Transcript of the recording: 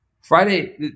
Friday